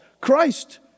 Christ